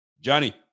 Johnny